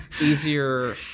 Easier